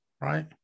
right